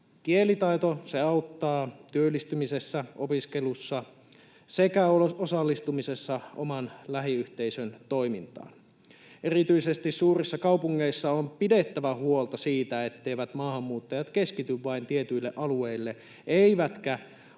Kielitaito auttaa työllistymisessä, opiskelussa sekä osallistumisessa oman lähiyhteisön toimintaan. Erityisesti suurissa kaupungeissa on pidettävä huolta siitä, etteivät maahanmuuttajat keskity vain tietyille alueille eivätkä asuinalueet